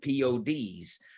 PODs